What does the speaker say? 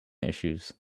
issues